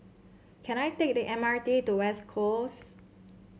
can I take the M R T to West Coast